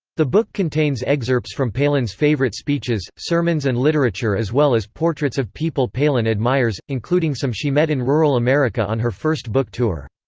the book contains excerpts from palin's favorite speeches, sermons and literature as well as portraits of people palin admires, including some she met in rural america on her first book tour.